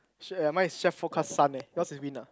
shit eh mine is forecast sun leh yours is wind ah